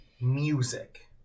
music